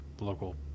local